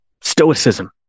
Stoicism